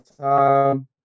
time